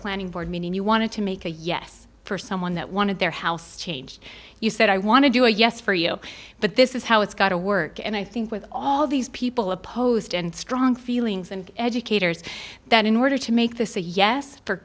planning board meeting you wanted to make a yes for someone that wanted their house changed you said i want to do a yes for you but this is how it's got to work and i think with all these people opposed and strong feelings and educators that in order to make this a yes for